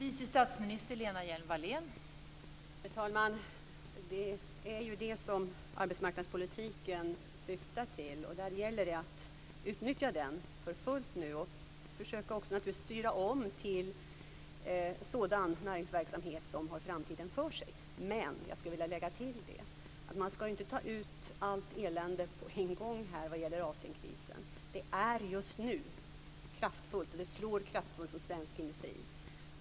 Fru talman! Det är ju det som arbetsmarknadspolitiken syftar till. Det gäller att utnyttja den för fullt nu och också naturligtvis försöka styra om till sådan näringsverksamhet som har framtiden för sig. Men jag skulle vilja lägga till att man inte skall ta ut allt elände på en gång här när det gäller Asienkrisen. Det är just nu kraftfullt, och det slår kraftfullt mot svensk industri.